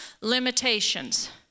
limitations